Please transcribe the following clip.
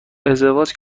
ازدواج